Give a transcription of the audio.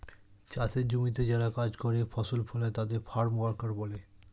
চাষের জমিতে যারা কাজ করে, ফসল ফলায় তাদের ফার্ম ওয়ার্কার বলে